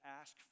ask